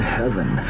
heaven